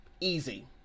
easy